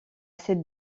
cette